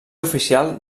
oficial